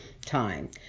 time